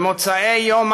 במוצאי יום